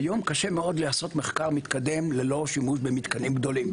כיום קשה מאוד לעשות מחקר מתקדם ללא שימוש במתקנים גדולים,